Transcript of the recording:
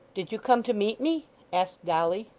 did you come to meet me asked dolly.